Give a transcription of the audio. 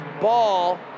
Ball